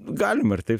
galima ir taip